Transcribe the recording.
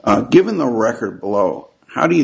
given the record low how do you